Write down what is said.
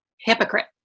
hypocrite